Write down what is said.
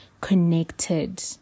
connected